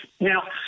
Now